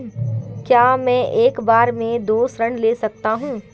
क्या मैं एक बार में दो ऋण ले सकता हूँ?